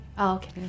Okay